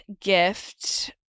gift